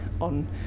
on